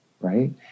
Right